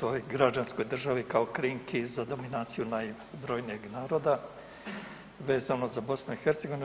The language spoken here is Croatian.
toj građanskoj državi kao krinki za dominaciju najbrojnijeg naroda vezano za BiH.